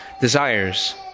desires